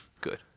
good